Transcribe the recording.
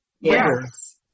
Yes